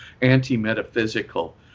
anti-metaphysical